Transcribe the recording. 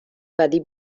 ولی